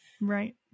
Right